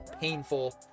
painful